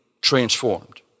transformed